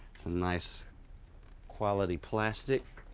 some nice quality plastic.